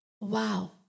wow